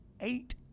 Eight